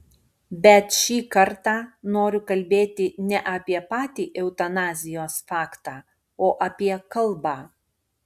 bet šį kartą noriu kalbėti ne apie patį eutanazijos faktą o apie kalbą